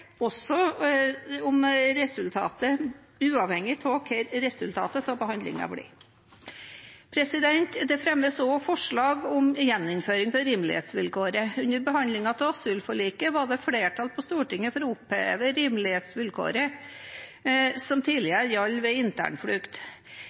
uavhengig av hva resultatet av behandlingen blir. Det fremmes også forslag om gjeninnføring av rimelighetsvilkåret. Under behandlingen av asylforliket var det flertall på Stortinget for å oppheve rimelighetsvilkåret som